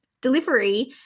delivery